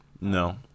No